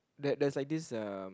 that that like this um